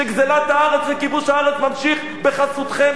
שגזלת הארץ וכיבוש הארץ ממשיכים בחסותכם,